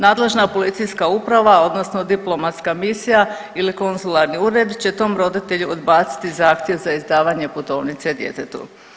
Nadležna policijska uprava odnosno diplomatska misija ili konzularni ured će tom roditelju odbaciti zahtjev za izdavanje putovnice djetetu.